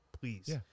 please